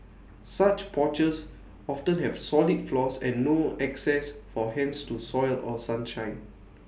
such porches often have solid floors and no access for hens to soil or sunshine